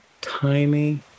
tiny